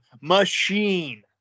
Machine